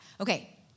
Okay